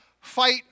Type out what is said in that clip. fight